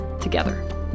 together